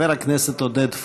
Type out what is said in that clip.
חבר הכנסת עודד פורר.